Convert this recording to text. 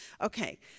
Okay